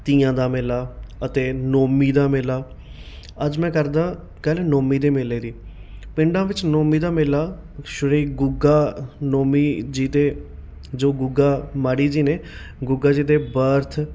ਤੀਆਂ ਦਾ ਮੇਲਾ ਅਤੇ ਨੌਮੀ ਦਾ ਮੇਲਾ ਅੱਜ ਮੈਂ ਕਰਦਾ ਗੱਲ ਨੌਮੀ ਦੇ ਮੇਲੇ ਦੀ ਪਿੰਡਾਂ ਵਿੱਚ ਨੌਮੀ ਦਾ ਮੇਲਾ ਸ਼੍ਰੀ ਗੁੱਗਾ ਨੌਮੀ ਜੀ ਦੇ ਜੋ ਗੁੱਗਾ ਮਾੜੀ ਜੀ ਨੇ ਗੁੱਗਾ ਜੀ ਦੇ ਬਰਥ